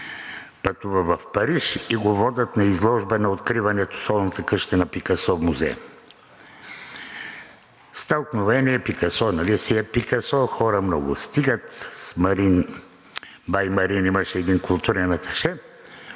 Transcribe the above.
пътува в Париж и го водят на изложба на откриването в Солната къща на Пикасо музея. Стълкновение, Пикасо нали си е Пикасо, хора много. Стигат с Марин – бай Марин, имаше един културен аташе,